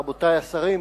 רבותי השרים,